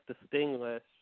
distinguish